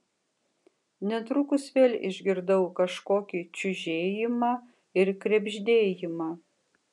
netrukus vėl išgirdau kažkokį čiužėjimą ir krebždėjimą